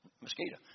mosquito